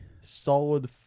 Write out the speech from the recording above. solid